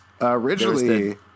originally